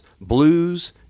blues